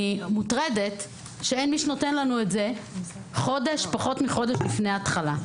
אני מוטרדת שאין מי שנותן לנו את זה פחות מחודש לפני תחילת הלימודים.